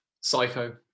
Psycho